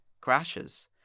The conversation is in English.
crashes